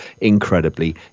incredibly